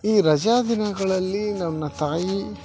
ಈ ರಜಾದಿನಗಳಲ್ಲಿ ನನ್ನ ತಾಯಿ